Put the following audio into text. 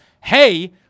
hey